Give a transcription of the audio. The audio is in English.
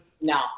No